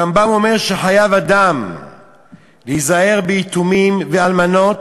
הרמב"ם אומר ש"חייב אדם להיזהר ביתומים ואלמנות,